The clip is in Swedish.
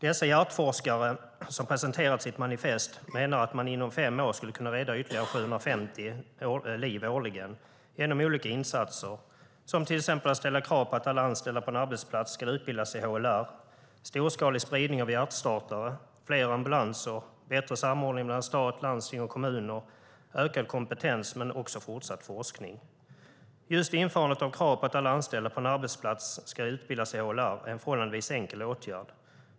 Dessa hjärtforskare som har presenterat sitt manifest menar att man inom fem år kan rädda ytterligare 750 liv årligen genom olika insatser, till exempel att ställa krav på att alla anställda på en arbetsplats ska utbildas i HLR, storskalig spridning av hjärtstartare, fler ambulanser, bättre samordning mellan stat, landsting och kommuner, ökad kompetens och fortsatt forskning. Just införandet av krav på att alla anställda på en arbetsplats ska utbilda sig i HLR är en förhållandevis enkel åtgärd.